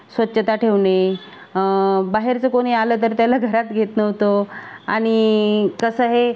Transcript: स्वच्छता ठेवणे बाहेरचं कोणी आलं तर त्याला घरात घेत नव्हतो आणि कसं हे